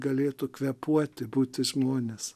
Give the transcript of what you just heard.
galėtų kvėpuoti būti žmonės